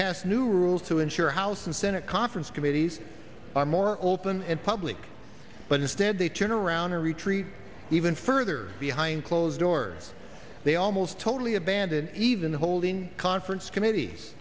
passed new rules to ensure house and senate conference committees are more open and public but instead they turn around or retreat even further behind closed doors they almost totally abandoned even the holding conference committee